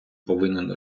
повинен